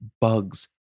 Bugs